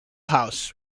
house